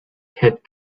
head